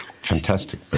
fantastic